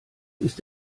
ist